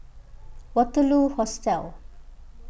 Waterloo Hostel